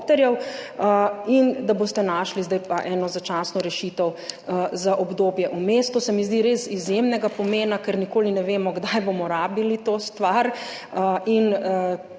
helikopterjev in da boste našli zdaj eno začasno rešitev za obdobje vmes. To se mi zdi res izjemnega pomena, ker nikoli ne vemo, kdaj bomo rabili to stvar. In